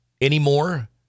anymore